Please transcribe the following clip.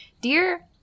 dear